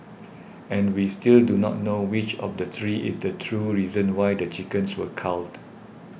and we still do not know which of the three is the true reason why the chickens were culled